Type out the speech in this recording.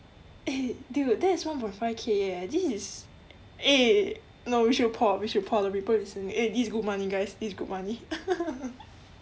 eh dude that is one point five K eh this is eh no we should por we should por the people recently eh this is good money guys this is good money